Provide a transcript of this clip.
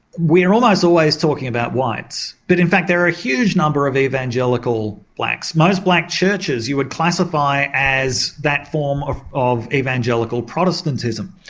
we're almost always talking about whites but in fact there are a huge number of evangelical blacks. most black churches you would classify as that form of of evangelical protestantism.